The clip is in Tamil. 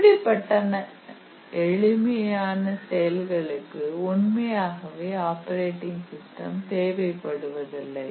இப்படிப்பட்ட எளிமையான செயல்களுக்கு உண்மையாகவே ஆப்பரேட்டிங் சிஸ்டம் தேவைப்படுவதில்லை